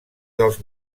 dels